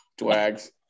dwags